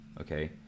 Okay